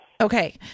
Okay